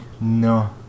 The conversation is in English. No